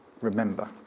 remember